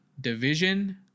division